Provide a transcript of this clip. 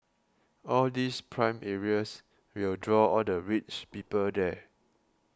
all these prime areas will draw all the rich people there